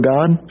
God